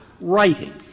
writing